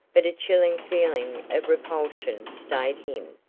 but a chilling feeling of repulsion stayed him.